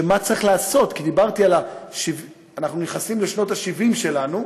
של מה צריך לעשות, אנחנו נכנסים לשנת ה-70 שלנו,